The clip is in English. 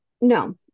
No